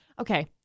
Okay